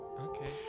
Okay